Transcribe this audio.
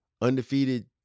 Undefeated